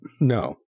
No